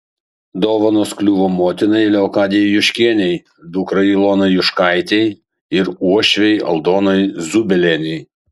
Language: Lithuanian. dovanos kliuvo motinai leokadijai juškienei dukrai ilonai juškaitei ir uošvei aldonai zubelienei